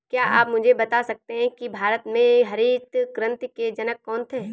क्या आप मुझे बता सकते हैं कि भारत में हरित क्रांति के जनक कौन थे?